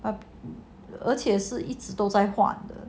orh 而且是一直都在换的